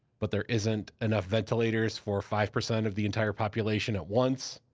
but there isn't enough ventilators for five percent of the entire population at once.